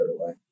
away